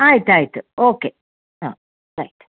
ಆಯ್ತು ಆಯ್ತು ಓಕೆ ಹಾಂ ರೈಟ್